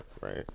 right